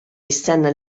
jistenna